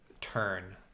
turn